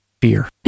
Fear